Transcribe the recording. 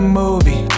movie